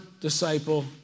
disciple